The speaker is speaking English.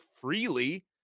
freely